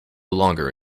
longer